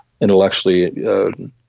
intellectually